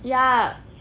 ya